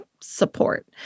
support